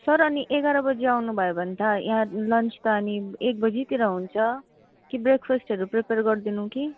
sir अनि एघार बजी आउनुभयो भने त यहाँ लन्च त अनि एक बजीतिर हुन्छ कि ब्रेकफास्टहरू प्रेपर गरिदिनु कि